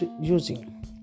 using